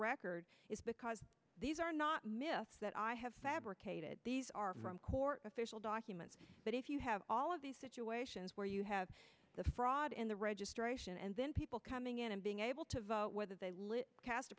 record is because these are not myths that i have fabricated these are from court official documents but if you have all of these situations where you have the fraud in the registration and then people coming in and being able to vote whether they live cast a